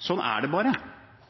Slik er det bare. Man kan ikke melde seg ut av verdenshandelen eller samarbeidet på